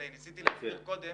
ניסיתי להסביר מקודם